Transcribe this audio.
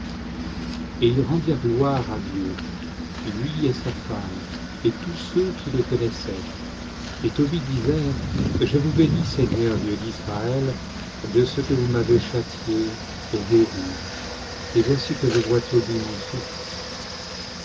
et ils rendirent gloire à dieu lui et sa femme et tous ceux qui le connaissaient et tobie disait je vous bénis seigneur dieu d'israël de ce que vous m'avez châtié et guéri et voici que je vois tobie mon fils